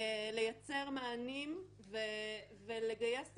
לייצר מענים ולגייס תקציבים.